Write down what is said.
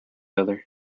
other